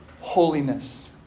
holiness